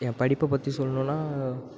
என் படிப்பை பற்றி சொல்லணுன்னா